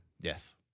Yes